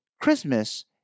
Christmas